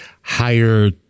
higher